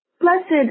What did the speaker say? Blessed